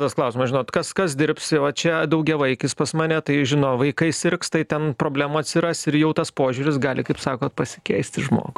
tas klausimas žinot kas kas dirbs va čia daugiavaikis pas mane tai žino vaikai sirgs tai ten problema atsiras ir jau tas požiūris gali kaip sakot pasikeisti žmogų